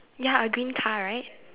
ya a green car right